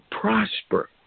prosper